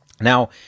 Now